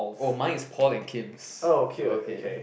oh mine is Paul and Kim's okay